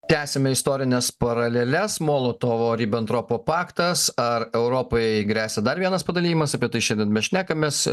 tęsiame istorines paraleles molotovo ribentropo paktas ar europai gresia dar vienas padalijimas apie tai šiandien mes šnekamės